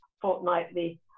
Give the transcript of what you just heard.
fortnightly